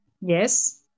Yes